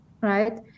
right